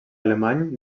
alemany